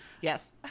Yes